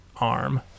arm